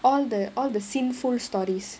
all the all the sinful stories